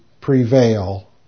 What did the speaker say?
prevail